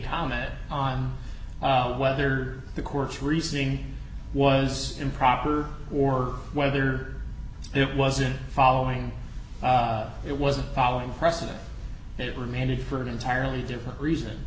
comment on whether the court's reasoning was improper or whether it wasn't following it wasn't following precedent it remanded for an entirely different reason